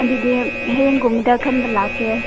ꯑꯗꯨꯗꯤ ꯍꯌꯦꯡꯒꯨꯝꯕꯗ ꯈꯟꯕ ꯂꯥꯛꯀꯦ